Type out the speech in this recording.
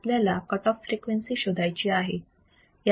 आपल्याला cut off frequency शोधायची आहे